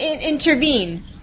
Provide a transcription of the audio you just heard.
intervene